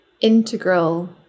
integral